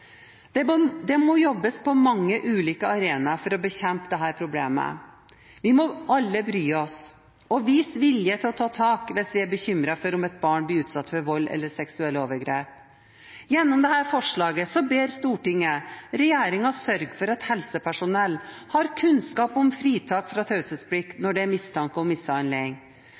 Det må jobbes på mange ulike arenaer for å bekjempe dette problemet. Vi må alle bry oss og vise vilje til å ta tak hvis vi er bekymret for om et barn blir utsatt for vold eller seksuelle overgrep. Gjennom dette forslaget ber Stortinget regjeringen sørge for at helsepersonell har kunnskap om fritak fra